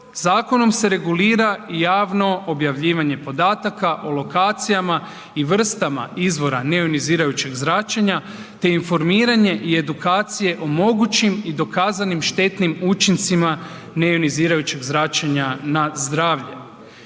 zakonom se regulira javno objavljivanje podataka o lokacijama i vrstama izvora neionizirajućeg zračenja, te informiranje i edukacije o mogućim i dokazanim štetnim učincima neionizirajućeg zračenja na zdravlje.